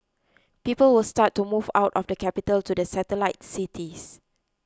people will start to move out of the capital to the satellite cities